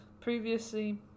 previously